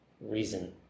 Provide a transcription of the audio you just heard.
reason